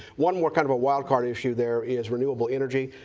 one more kind of wildcard issue there is renewable energy.